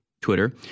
Twitter